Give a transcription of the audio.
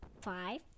five